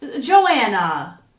Joanna